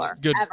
good